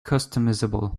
customizable